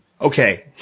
Okay